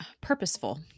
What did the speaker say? purposeful